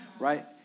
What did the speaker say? right